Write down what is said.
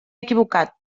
equivocat